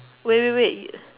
wait wait wait